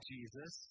Jesus